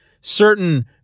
certain